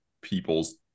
people's